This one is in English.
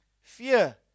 fear